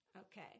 Okay